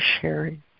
sharing